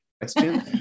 question